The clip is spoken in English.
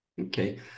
Okay